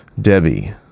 Debbie